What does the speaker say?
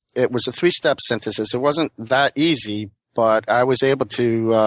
it was a three-step synthesis. it wasn't that easy, but i was able to